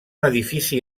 edifici